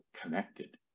connected